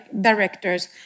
directors